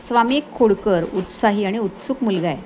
स्वामी एक खोडकर उत्साही आणि उत्सुक मुलगा आहे